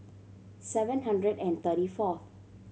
seven hundred and thirty fourth